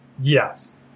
Yes